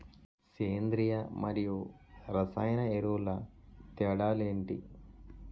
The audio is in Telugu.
సేంద్రీయ మరియు రసాయన ఎరువుల తేడా లు ఏంటి?